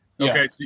Okay